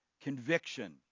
conviction